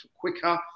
quicker